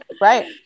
right